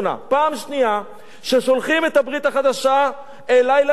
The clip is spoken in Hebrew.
פעם שנייה ששולחים את הברית החדשה אלי ללשכה.